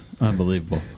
Unbelievable